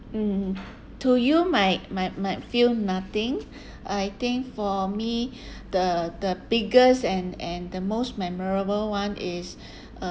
mm to you might might might feel nothing I think for me the the biggest and and the most memorable one is